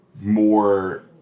more